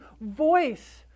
voice